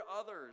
others